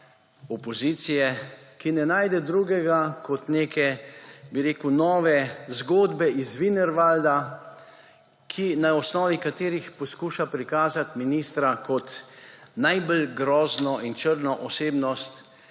opozicije, ki ne najde drugega kot neke, bi rekel, nove zgodbe iz Wienerwalda, na osnovi katerih poskuša prikazati ministra kot najbolj grozno in črno osebnost,